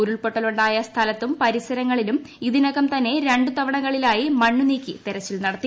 ഉരുൾപൊട്ടലുായ സ്ഥലത്തും പരിസരങ്ങളിലും ഇതിനകം തന്നെ ര് തവണകളായി മണ്ണ് നീക്കി തെരച്ചിൽ നടത്തി